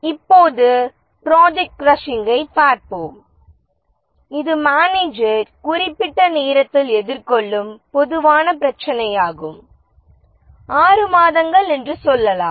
இப்போது ப்ரொஜக்ட் கிராஷிங்கைப் பார்ப்போம் இது மேனேஜர் குறிப்பிட்ட நேரத்தில் எதிர்கொள்ளும் பொதுவான பிரச்சினையாகும் 6 மாதங்கள் என்று சொல்லலாம்